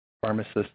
pharmacist